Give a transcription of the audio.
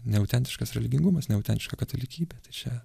neautentiškas religingumas neautentiška katalikybė tai čia